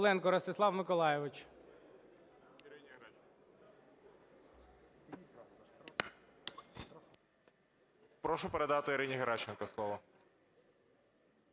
Прошу передати Ірині Геращенко слово.